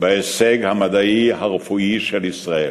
עמיתי חברי הכנסת,